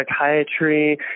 psychiatry